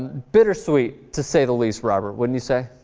bittersweet to say the least robert when you say